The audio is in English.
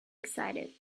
excited